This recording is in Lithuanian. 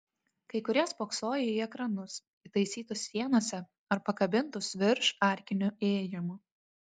kai kurie spoksojo į ekranus įtaisytus sienose ar pakabintus virš arkinių įėjimų